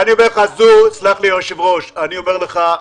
סלח לי, היושב-ראש, אני אומר לך,